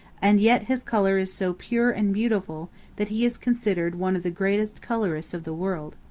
and yet his color is so pure and beautiful that he is considered one of the greatest colorists of the world.